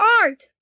art